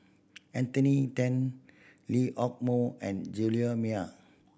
Anthony Then Lee Hock Moh and Juliet